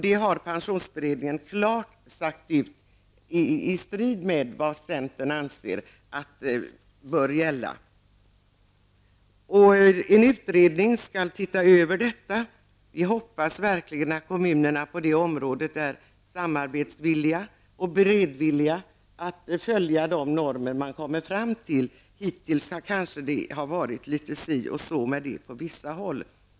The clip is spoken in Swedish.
Det har pensionsberedningen klart uttalat, i strid med vad centern anser bör gälla. En utredning skall också se över dessa saker. Vi hoppas verkligen att kommunerna på det området är samarbetsvilliga. Vidare hoppas vi att kommunerna är beredda att följa de normer som man kommer fram till. Hittills har det kanske varit litet si och så med den saken på vissa håll.